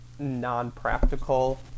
non-practical